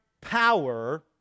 power